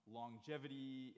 longevity